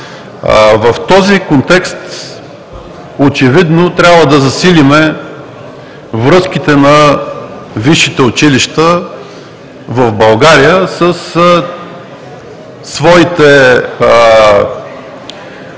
В този контекст очевидно трябва да засилим връзките на висшите училища в България с техните колеги